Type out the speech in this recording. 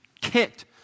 kicked